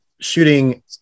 shooting